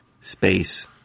space